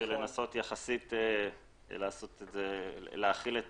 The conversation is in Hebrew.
לנסות יחסית להכיל את